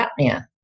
apnea